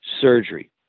surgery